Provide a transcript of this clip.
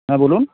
হ্যাঁ বলুন